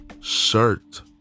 shirt